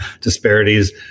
disparities